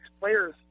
players